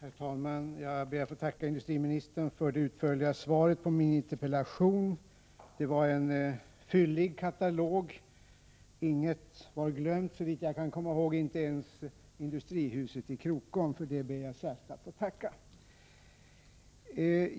Herr talman! Jag ber att få tacka industriministern för det utförliga svaret på min interpellation. Det var en fyllig katalog. Inget var glömt såvitt jag kan komma ihåg, inte ens industrihuset i Krokom. För det ber jag särskilt att få tacka.